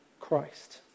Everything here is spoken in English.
Christ